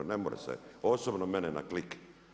Ne može se osobno mene na klik.